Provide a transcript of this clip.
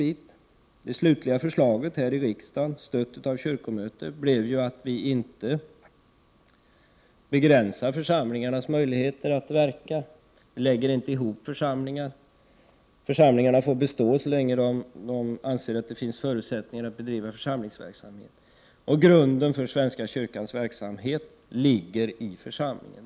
Det förslag som slutligen antogs här i riksdagen, och som stöddes av kyrkomötet, innebar att vi inte begränsade församlingarnas möjlighet att verka och inte heller slår ihop församlingar samt att församlingarna skall få bestå så länge de anser att det finns förutsättningar att bedriva församlingsverksamhet. Grunden för svenska kyrkans verksamhet ligger i församlingarna.